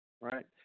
right